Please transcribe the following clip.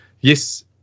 yes